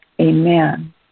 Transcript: amen